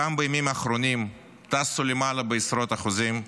גם בימים האחרונים, טסו למעלה בעשרות אחוזים?